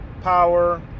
power